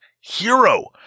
hero